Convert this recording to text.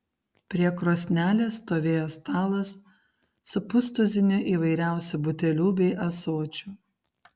prie krosnelės stovėjo stalas su pustuziniu įvairiausių butelių bei ąsočių